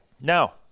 Now